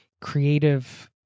creative